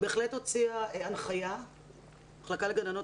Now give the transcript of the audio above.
המחלקה לגננות,